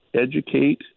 educate